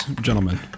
gentlemen